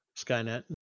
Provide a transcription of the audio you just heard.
Skynet